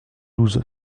douze